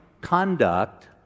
conduct